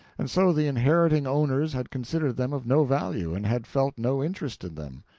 and so the inheriting owners had considered them of no value, and had felt no interest in them.